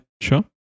sure